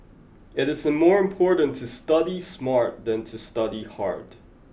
it is more important to study smart than to study hard